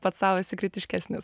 pats sau esi kritiškesnis